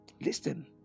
listen